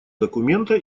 документа